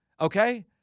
Okay